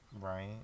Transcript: Right